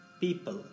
people